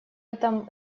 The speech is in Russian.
этом